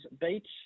Beach